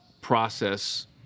process